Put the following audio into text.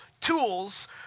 tools